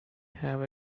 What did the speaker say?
have